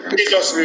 Jesus